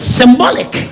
symbolic